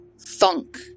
thunk